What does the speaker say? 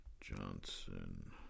Johnson